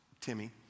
Timmy